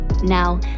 Now